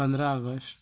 पंधरा आगश्ट